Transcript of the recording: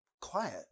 quiet